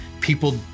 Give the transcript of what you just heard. people